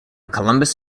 columbus